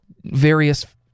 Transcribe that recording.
various